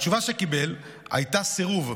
התשובה שהוא קיבל הייתה סירוב,